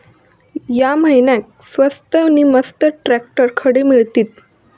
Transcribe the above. या महिन्याक स्वस्त नी मस्त ट्रॅक्टर खडे मिळतीत?